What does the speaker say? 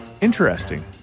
Interesting